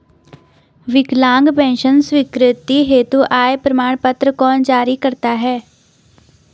विकलांग पेंशन स्वीकृति हेतु आय प्रमाण पत्र कौन जारी करता है?